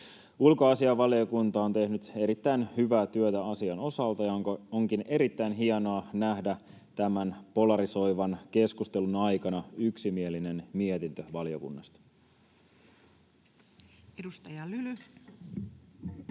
Ulkoasiainvaliokunta on tehnyt erittäin hyvää työtä asian osalta, ja onkin erittäin hienoa nähdä tämän polarisoivan keskustelun aikana yksimielinen mietintö valiokunnasta. [Speech 71]